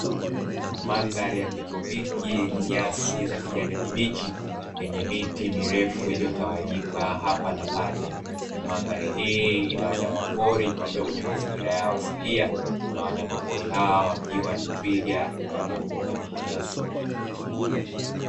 Madhari ya kitropiki yenye nyasi za kijani kibichi yenye miti mirefu iliyotawanyika hapa na pale, mandhari hii ina wanyama pori wakiwa kwenye mazingira yao asilia na wanyamapori hawa wakiwa ni twiga na pundamilia.